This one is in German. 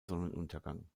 sonnenuntergang